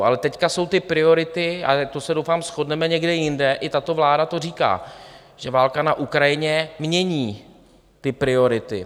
Ale teď jsou to priority, a to se doufám shodneme, někde jinde, i tato vláda to říká, že válka na Ukrajině mění ty priority.